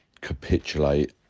capitulate